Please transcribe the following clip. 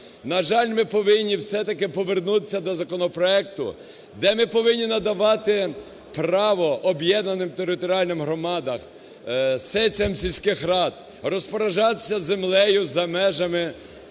На жаль, ми повинні все-таки повернутись до законопроекту, де ми повинні надавати право об'єднаним територіальним громадам, сесіям сільських рад розпоряджатись землею за межами